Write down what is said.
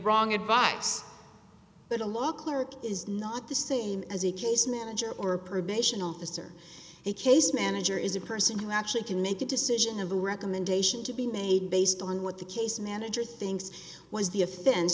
wrong advice but a lot clerk is not the same as a case manager or probation officer a case manager is a person who actually can make a decision have a recommendation to be made based on what the case manager thinks was the